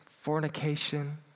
fornication